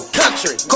country